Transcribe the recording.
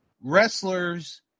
wrestlers